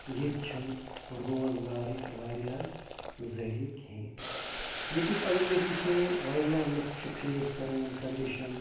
ییٚتہِ چھِنہٕ روزگارٕکۍ واریاہ ذٔریعہِ کِہیٖنۍ ییٚتیُک اگر أسۍ وٕچھو واریاہ لُکھ چھِ فیس کَران کَنڈِشَن